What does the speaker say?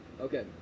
okay